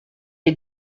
est